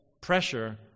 pressure